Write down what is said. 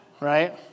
right